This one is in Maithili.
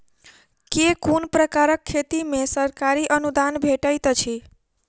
केँ कुन प्रकारक खेती मे सरकारी अनुदान भेटैत अछि?